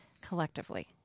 collectively